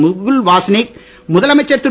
முகுல்வாஸ்னிக் முதலமைச்சர் திரு